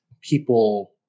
people